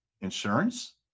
insurance